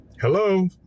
Hello